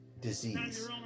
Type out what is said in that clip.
disease